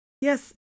Yes